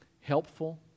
helpful